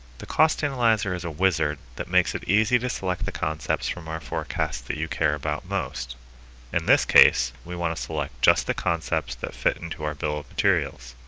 the cost analyzer is a wizard that makes it easy to select the concepts from our forecast that you care about most in this case, we want to select just the concepts that fit into our bill of materials